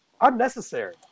unnecessary